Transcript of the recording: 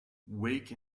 wake